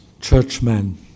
churchmen